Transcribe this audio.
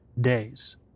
days